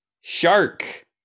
shark